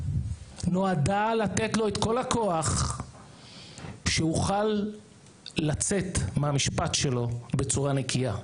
נועדה לתת לו את כל הכוח שיוכל לצאת מהמשפט שלו בצורה נקייה.